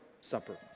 supper